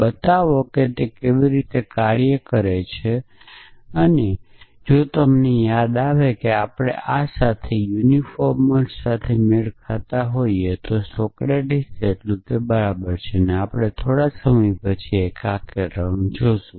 બતાવો કે તે કેવી રીતે કાર્ય કરે છે જો તમને યાદ આવે કે આપણે આ સાથે યુનિફોર્મર સાથે મેળ ખાતા હોઈએ તો સોક્રેટીસ જેટલું બરાબર છે આપણે થોડા સમય પછી એકીકરણ જોશું